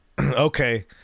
Okay